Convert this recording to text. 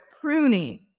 pruning